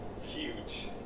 huge